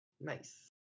nice